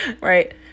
right